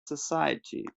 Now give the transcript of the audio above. society